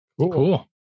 Cool